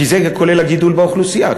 כי זה כולל הגידול באוכלוסייה.